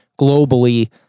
globally